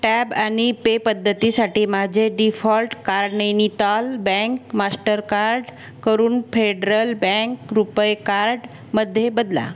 tab आणि pay पद्धतीसाठी माझे default card Nainital bank Mastercard करून फेडरल बँक रुपये कार्डमध्ये बदला